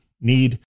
need